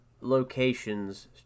locations